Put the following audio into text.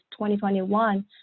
2021